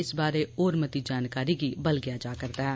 इस बारै होर मती जानकारी गी बलगेआ जा रदा ऐ